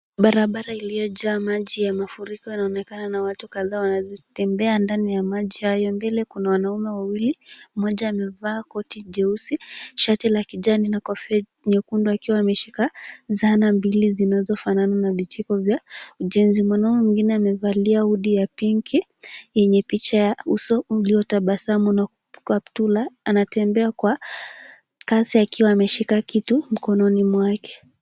Barabara iliyojaa maji ya mafuriko inaonekana na watu kadhaa wanatembea ndani ya maji hayo. Mbele kuna wanaume wawili, mmoja amevaa koti jeusi shati la kijani na kofia nyekundu akiwa ameshika zana mbili zinazofanana na vijiko vya ujenzi. Mwanaume mwingine amevalia hudi ya Pinki yenye picha ya uso uliotabasamu na kaptula. Anatembea kwa kasi akiwa ameshika kitu mikononi mwake.